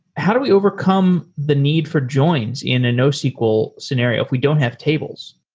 how do we overcome the need for joins in a nosql scenario if we don't have tables?